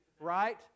right